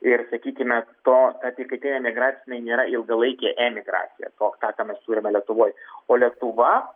ir sakykime to apykaitinė migracija jinai nėra ilgalaikė emigracija toks tą ką mes turime lietuvoj o lietuva